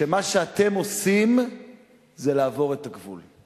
שמה שאתם עושים זה לעבור את הגבול.